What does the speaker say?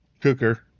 cooker